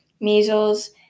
measles